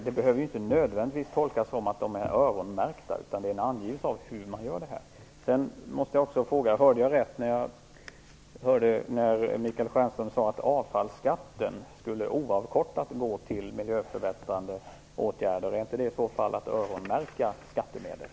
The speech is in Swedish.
Det behöver inte nödvändigtvis tolkas som att pengarna är öronmärkta, utan man anger hur det skall finansieras. Michael Stjernström sade att avfallsskatten skulle oavkortat gå till miljöförbättrande åtgärder? Är inte det i så fall att öronmärka skattemedel?